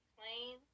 Plain